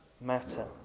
matter